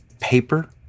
paper